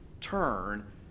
turn